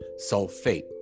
sulfate